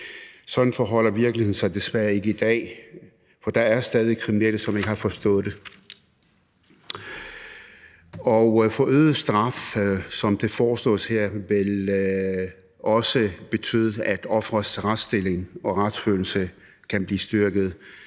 Sådan forholder virkeligheden sig desværre ikke i dag, for der er stadig kriminelle, der ikke har forstået det. Øget straf, som det foreslås her, vil betyde, af offerets retsstilling og retsfølelse vil blive styrket,